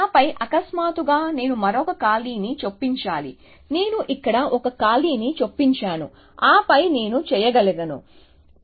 ఆపై అకస్మాత్తుగా నేను మరొక ఖాళీని చొప్పించాలి కాబట్టి నేను ఇక్కడ ఒక ఖాళీని చొప్పించాను ఆపై నేను చేయగలను సమయం చూడండి 3434